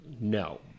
No